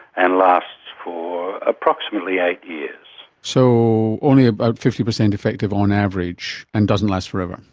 and lasts for approximately eight years. so only about fifty percent effective on average and doesn't last forever.